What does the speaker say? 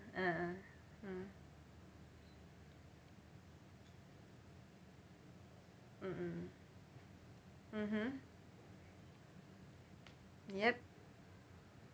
ah ah mm mm mm mmhmm yup